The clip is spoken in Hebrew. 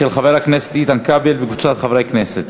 של חבר הכנסת איתן כבל וקבוצת חברי הכנסת.